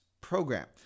program